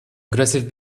aggressive